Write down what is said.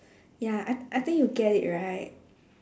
ya I I think you get it right